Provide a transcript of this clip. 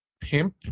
Pimp